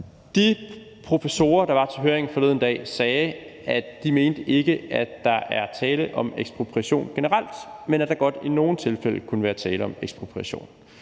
De professorer, der var til høringen forleden dag, sagde, at de ikke mente, at der er tale om ekspropriation generelt, men at der godt i nogle tilfælde kunne være tale om ekspropriation.